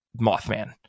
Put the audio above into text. Mothman